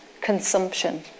consumption